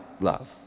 love